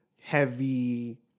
heavy